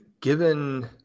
given